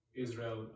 Israel